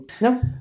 no